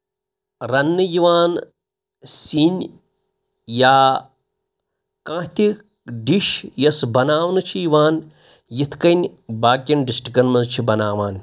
رَننہٕ یِوان سِنۍ یا کانٛہہ تہِ ڈِش یۄس بناونہٕ چھِ یِوان یِتھ کٔنۍ باقِیَن ڈِسٹرٛکَن منٛز چھِ بَناوان